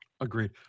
Agreed